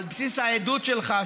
על בסיס העדות שלך,